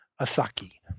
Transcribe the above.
Asaki